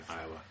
Iowa